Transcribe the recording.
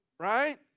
Right